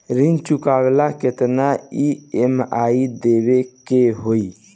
ऋण चुकावेला केतना ई.एम.आई देवेके होई?